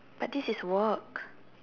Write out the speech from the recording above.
but this is work